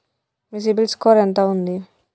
మీ CIBIL score ఎంత ఉంది?